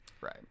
Right